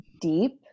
deep